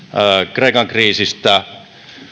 kreikan kriisistä